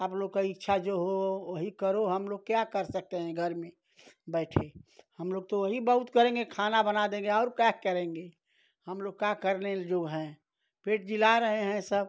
आप लोग की इच्छा जो हो वही करो हमलोग क्या कर सकते हैं घर में बैठे हमलोग तो वही बहुत करेंगे खाना बना देंगे और क्या करेंगे हमलोग क्या करने योग्य हैं पेट जिला रहे हैं सब